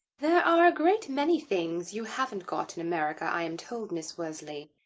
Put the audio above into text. there are a great many things you haven't got in america, i am told, miss worsley.